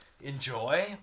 Enjoy